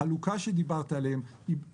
החלוקה שדיברת עליה, מבחינתי,